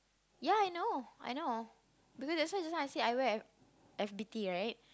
ya I know I know because that's why just now I said I wear F F_B_T right